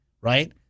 right